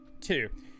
Two